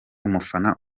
umufana